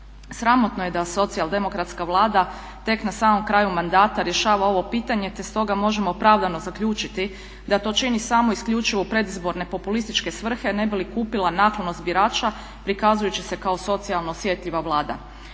Sramotno je da socijaldemokratska Vlada tek na samom kraju mandata rješava ovo pitanje, te stoga možemo opravdano zaključiti da to čini samo isključivo u predizborne populističke svrhe ne bi li kupila naklonost birača prikazujući se kao socijalno osjetljiva Vlada.